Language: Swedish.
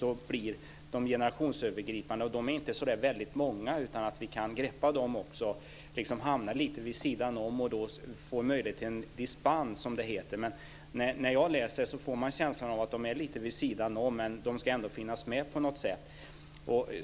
De generationsövergripande ungdomsorganisationerna - de är inte så väldigt många, utan vi kan greppa dem - hamnar liksom lite vid sidan om. De får möjlighet till en dispens, som det heter. Men när jag läser det får jag känslan av att de är lite vid sidan om men att de ändå ska finnas med på något sätt.